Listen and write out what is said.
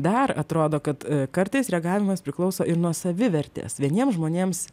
dar atrodo kad kartais reagavimas priklauso ir nuo savivertės vieniem žmonėms